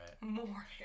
more